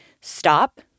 stop